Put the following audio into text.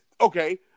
okay